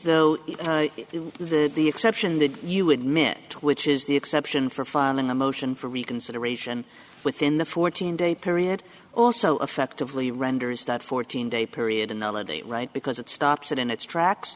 were the the exception that you admit which is the exception for filing a motion for reconsideration within the fourteen day period also effectively renders that fourteen day period another day right because it stops it in its tracks